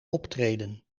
optreden